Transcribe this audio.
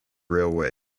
railway